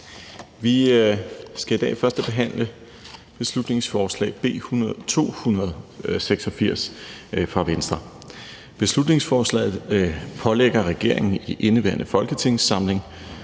Vi skal i dag førstebehandle beslutningsforslag B 286 fra Venstre. Beslutningsforslaget pålægger regeringen i indeværende folketingssamling